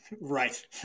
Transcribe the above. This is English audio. right